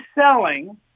selling –